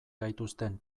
gaituzten